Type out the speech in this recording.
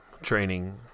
Training